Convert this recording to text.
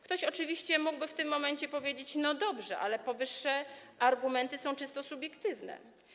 Ktoś oczywiście mógłby w tym momencie powiedzieć: No dobrze, ale powyższe argumenty są czysto subiektywne.